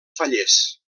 fallers